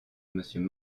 monsieur